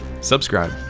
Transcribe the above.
subscribe